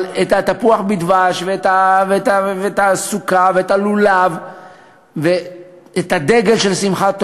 אבל את התפוח בדבש ואת הסוכה ואת הלולב ואת הדגל של שמחת תורה.